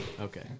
Okay